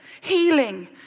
healing